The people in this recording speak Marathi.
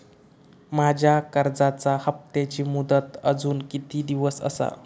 माझ्या कर्जाचा हप्ताची मुदत अजून किती दिवस असा?